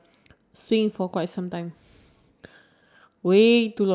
I love I love going by the beach if there's like swings